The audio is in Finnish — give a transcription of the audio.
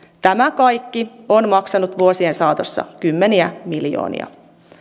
tämä kaikki on maksanut vuosien saatossa kymmeniä miljoonia